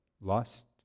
lust